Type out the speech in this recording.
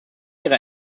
ihrer